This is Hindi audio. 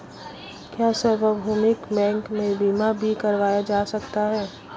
क्या सार्वभौमिक बैंक में बीमा भी करवाया जा सकता है?